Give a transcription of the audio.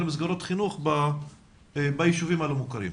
מסגרות חינוך ביישובים הלא מוכרים,